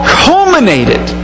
culminated